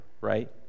right